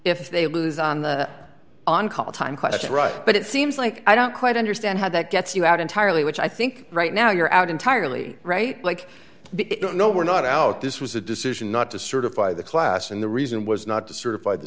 if they lose on the on call time question right but it seems like i don't quite understand how that gets you out entirely which i think right now you're out entirely right like it don't know we're not out this was a decision not to certify the class and the reason was not to certif